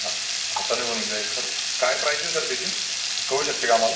हा हातानं बनवलेय का सर काय प्राइज आहे सर त्याची कळू शकते का आम्हाला